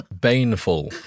baneful